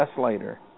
later